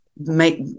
Make